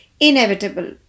Inevitable